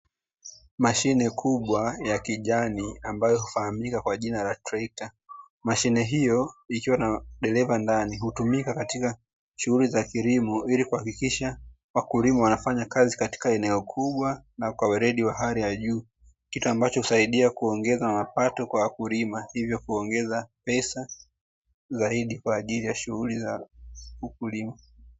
Mashine kubwa ya kijani ambayo hufahamika kwa jina la trekta. Mashine hiyo ikiwa na dereva ndani hutumika katika shughuli za kilimo ili kuhakikisha wakulima wanafanya kazi katika eneo kubwa na kwa weredi wa hali ya juu, kinachosaidia kuongeza mapato kwa wakulima hivyo kuongeza pesa zaidi kwa ajili aya shughuli za ukulima.